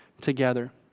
together